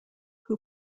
who